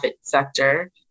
sector